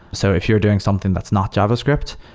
so if you're doing something that's not javascript,